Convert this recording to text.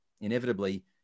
Inevitably